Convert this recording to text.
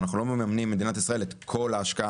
מדינת ישראל לא מממנת את כל ההשקעה